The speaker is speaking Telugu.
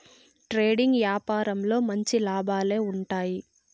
ట్రేడింగ్ యాపారంలో మంచి లాభాలే ఉంటాయి